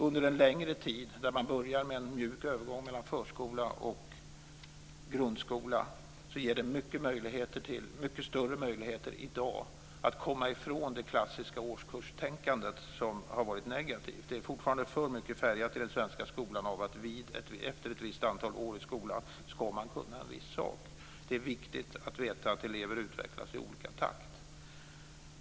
Under en längre tid, där man börjar med en mjuk övergång mellan förskola och grundskola, ger detta mycket större möjligheter i dag att komma ifrån det klassiska årskurstänkandet, som har varit negativt. Den svenska skolan är fortfarande för mycket färgad av att man efter ett visst antal år i skolan ska kunna en viss sak. Det är viktigt att veta att elever utvecklas i olika takt.